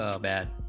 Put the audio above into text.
ah bad